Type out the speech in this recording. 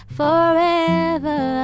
forever